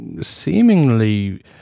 seemingly